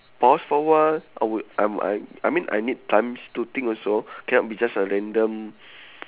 pause for a while I would I m~ I I mean I need time to think also cannot be just a random